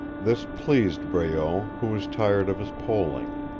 this pleased breault, who was tired of his poling.